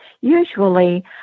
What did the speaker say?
usually